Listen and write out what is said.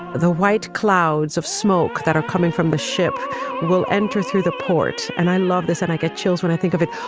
the white clouds of smoke that are coming from the ship will enter through the port and i love this and i get chills when i think of it.